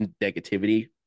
negativity